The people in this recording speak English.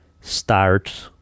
Start